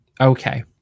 okay